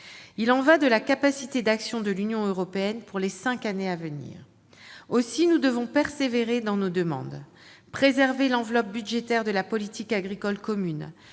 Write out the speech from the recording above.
Il y va de la capacité d'action de l'Union européenne pour les cinq années à venir. Aussi, nous devons persévérer dans nos demandes : préserver l'enveloppe budgétaire de la politique agricole commune,